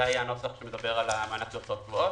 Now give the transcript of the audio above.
זה היה הנוסח שמדבר על מענק להוצאות קבועות.